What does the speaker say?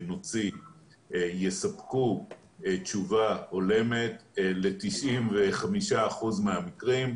שנוציא יספקו תשובה הולמת ל-95% מהמקרים,